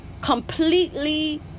completely